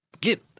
get